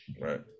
Right